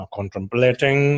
Contemplating